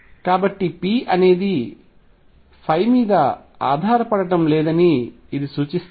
కాబట్టి Pఅనేది మీద ఆధారపడటం లేదని ఇది సూచిస్తుంది